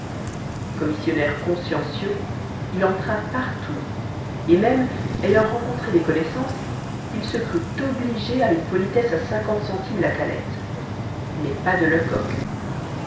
commissionnaire consciencieux il entra partout et même ayant rencontré des connaissances il se crut obligé à une politesse à centimes la canette mais pas de lecoq